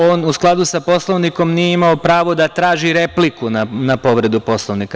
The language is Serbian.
On, u skladu sa Poslovnikom, nije imao pravo da traži repliku na povredu Poslovnika.